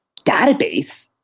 database